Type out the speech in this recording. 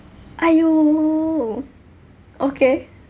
!aiyo! okay